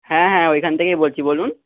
হ্যাঁ হ্যাঁ ওইখান থেকেই বলছি বলুন